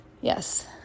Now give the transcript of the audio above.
yes